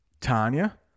Tanya